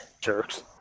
Jerks